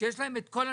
שיש להם את כל הנתונים,